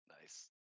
Nice